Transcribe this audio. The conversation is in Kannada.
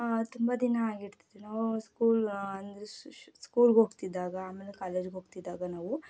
ಹಾಂ ತುಂಬ ದಿನ ಆಗಿರ್ತದೆ ನಾವು ಸ್ಕೂಲ್ ಅಂದರೆ ಸ್ಕೂಲ್ಗೆ ಹೋಗ್ತಿದ್ದಾಗ ಆಮೇಲೆ ಕಾಲೇಜಿಗೆ ಹೋಗ್ತಿದ್ದಾಗ ನಾವು